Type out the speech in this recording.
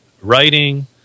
writing